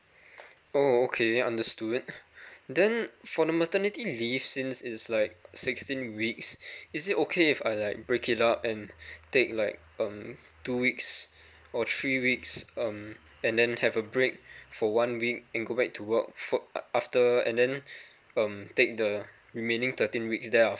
oh okay understood then for the maternity leave since it's like sixteen weeks is it okay if I like break it up and take like um two weeks or three weeks um and then have a break for one week and go back to work for uh after and then um take the remaining thirteen weeks there of